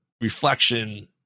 reflection